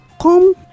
come